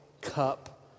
cup